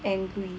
angry